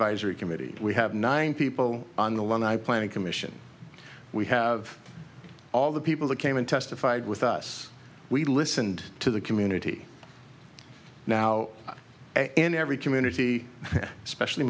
advisory committee we have nine people on the lawn i planning commission we have all the people that came in testified with us we listened to the community now in every community especially